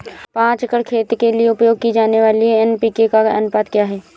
पाँच एकड़ खेत के लिए उपयोग की जाने वाली एन.पी.के का अनुपात क्या है?